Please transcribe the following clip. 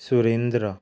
Surendra